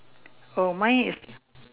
oh my is